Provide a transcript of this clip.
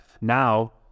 Now